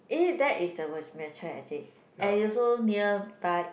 eh that is the vir~ virtual exit and it also near by